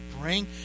bring